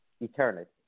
Eternity